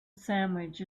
sandwich